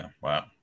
wow